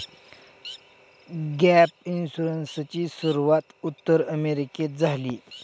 gap इन्शुरन्सची सुरूवात उत्तर अमेरिकेत झाली